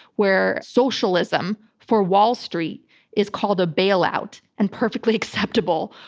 where socialism for wall street is called a bailout and perfectly acceptable,